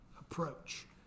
approach